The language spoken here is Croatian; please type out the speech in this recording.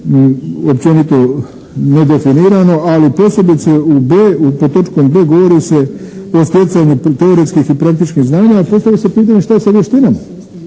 općenito nedefinirano, ali posebice u b), pod točkom b) govori se o stjecanju teoretskih i praktičnih znanja, a postavlja se pitanje šta je sa vještinama.